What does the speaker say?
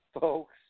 folks